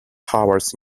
hours